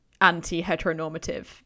anti-heteronormative